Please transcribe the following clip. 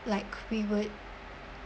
like we would